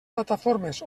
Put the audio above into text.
plataformes